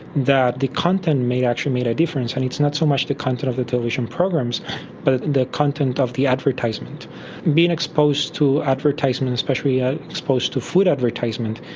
that the content may actually make a difference, and it's not so much the content of the television programs but the content of the advertisements being exposed to advertisements, especially yeah exposed to food advertisements,